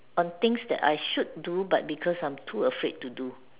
on things that I should do but because I'm too afraid to do